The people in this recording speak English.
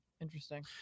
interesting